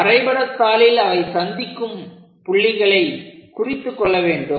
வரைபடத்தாளில் அவை சந்திக்கும் புள்ளிகளை குறித்துக் கொள்ள வேண்டும்